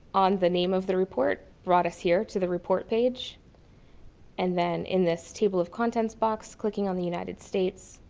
on the name of the report brought us here to the report page and then in this table of contents box, clicking on the united states